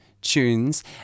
tunes